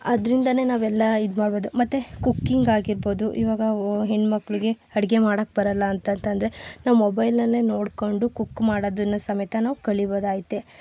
ಅದರಿಂದನೇ ನಾವೆಲ್ಲ ಇದು ಮಾಡ್ಬೋದು ಮತ್ತೆ ಕುಕ್ಕಿಂಗ್ ಆಗಿರ್ಬೋದು ಈವಾಗ ಹೆಣ್ಮಕ್ಕಳಿಗೆ ಅಡುಗೆ ಮಾಡೋಕ್ಕೆ ಬರಲ್ಲ ಅಂತ ಅಂತಂದರೆ ನಾವು ಮೊಬೈಲ್ನಲ್ಲೆ ನೋಡ್ಕೊಂಡು ಕುಕ್ ಮಾಡೋದನ್ನ ಸಮೇತನೂ ಕಲಿಬೊದಾಯ್ದೆ